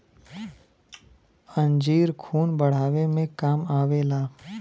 अंजीर खून बढ़ावे मे काम आवेला